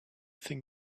think